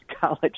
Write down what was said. college